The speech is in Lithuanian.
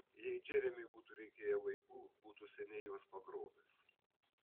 jei džeremiui būtų reikėję vaikų būtų seniai juos pagrobęs